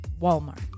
Walmart